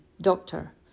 doctor